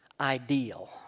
ideal